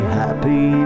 happy